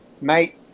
mate